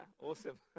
awesome